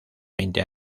veinte